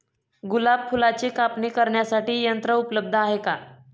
गुलाब फुलाची कापणी करण्यासाठी यंत्र उपलब्ध आहे का?